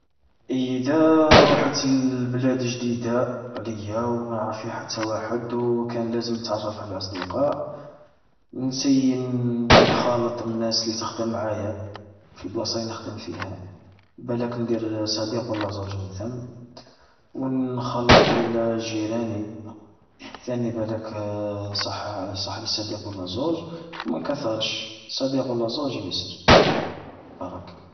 إذا رحت ل لبلاد جديدة عليا، وما نعرف فيها حتا واحد، وكان لازم نتعرف على أصدقاء. ننسيي نخالط الناس اللي تخدم معايا في البلاصا اللي نخدم فيها. بالاك ندير صديق ولا زوج من ثم، ونخالط الجيراني، ثاني بالاك يصح-يصحلي صديق ولا زوج، ومانكثرش، صديق ولا زوج ياسر. فيها بركة.